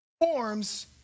forms